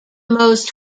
most